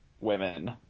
women